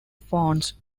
phones